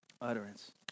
utterance